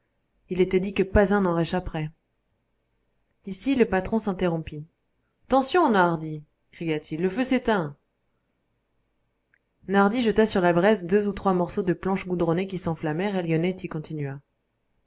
il était dit que pas un n'en réchapperait ici le patron s'interrompit attention nardi cria-t-il le feu s'éteint nardi jeta sur la braise deux ou trois morceaux de planches goudronnées qui s'enflammèrent et lionetti continua